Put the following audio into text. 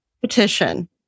petition